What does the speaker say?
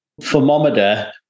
thermometer